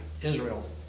Israel